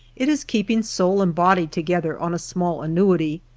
it is keep ing soul and bodv together on a small annuity,